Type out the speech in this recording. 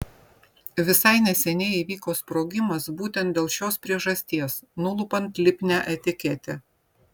visai neseniai įvyko sprogimas būtent dėl šios priežasties nulupant lipnią etiketę